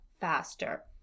faster